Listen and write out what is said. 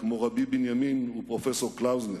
כמו ר' בנימין ופרופסור קלאוזנר,